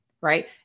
right